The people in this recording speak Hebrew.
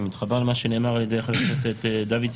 אני מתחבר למה שנאמר על ידי חבר הכנסת דוידסון,